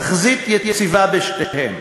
תחזית יציבה בשתיהן.